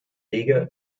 wege